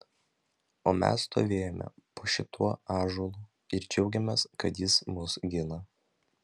o mes stovėjome po šituo ąžuolu ir džiaugėmės kad jis mus gina